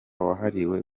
wahariwe